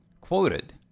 quoted